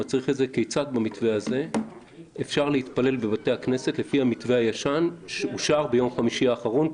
כיצד אפשר להתפלל בבתי הכנסת לפי המתווה הישן שאושר ביום חמישי האחרון,